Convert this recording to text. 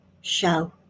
show